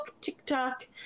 TikTok